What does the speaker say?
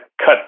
cut